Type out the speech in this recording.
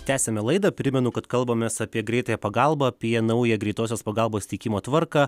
tęsiame laidą primenu kad kalbamės apie greitąją pagalbą apie naują greitosios pagalbos teikimo tvarką